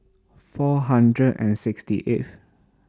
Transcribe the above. four hundred and sixty eighth